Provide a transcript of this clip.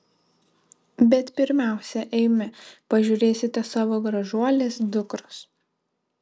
bet pirmiausia eime pažiūrėsite savo gražuolės dukros